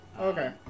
Okay